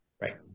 Right